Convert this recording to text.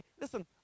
Listen